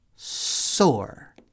Sore